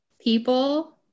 people